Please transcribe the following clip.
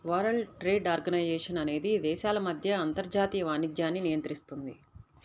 world Trade Organization అనేది దేశాల మధ్య అంతర్జాతీయ వాణిజ్యాన్ని నియంత్రిస్తుంది